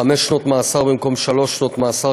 לחמש שנות מאסר במקום שלוש שנות מאסר,